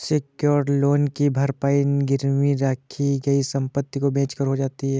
secured loan की भरपाई गिरवी रखी गई संपत्ति को बेचकर हो जाती है